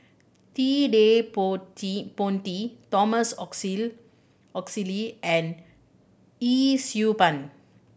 Ted De Ponti Thomas Oxley and Yee Siew Pun